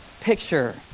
picture